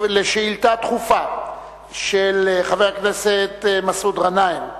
על שאילתא דחופה של חבר הכנסת מסעוד גנאים,